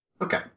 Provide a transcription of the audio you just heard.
Okay